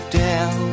down